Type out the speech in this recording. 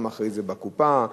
אחרי זה גם בקופה.